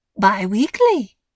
Bi-weekly